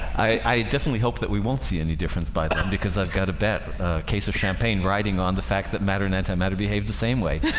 i definitely hope that we won't see any difference by them because i've got a bet a case of champagne riding on the fact that matter and antimatter behave the same way